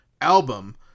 album